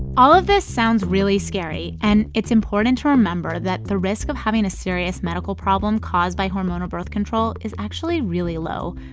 all of this sounds really scary, and it's important to remember that the risk of having a serious medical problem caused by hormonal birth control is actually really low,